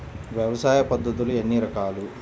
వ్యవసాయ పద్ధతులు ఎన్ని రకాలు?